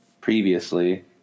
previously